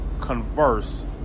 converse